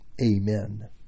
Amen